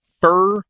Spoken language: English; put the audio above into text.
Fur